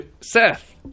Seth